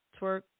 twerk